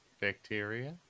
Bacteria